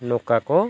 ᱱᱚᱝᱠᱟ ᱠᱚ